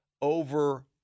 Over